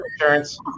insurance